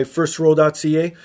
FirstRoll.ca